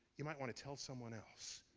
you might want to tell someone else?